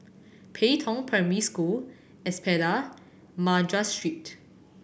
Pei Tong Primary School Espada Madras Street